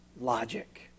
Logic